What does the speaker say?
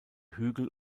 hügel